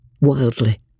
wildly